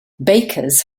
bakers